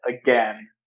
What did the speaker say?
again